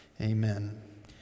amen